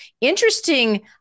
interesting